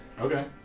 Okay